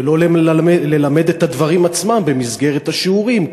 ולא ללמד את הדברים עצמם במסגרת השיעורים,